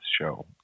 show